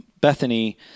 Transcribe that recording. Bethany